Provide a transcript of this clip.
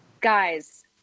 guys